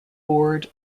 board